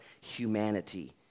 humanity